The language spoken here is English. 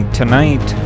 tonight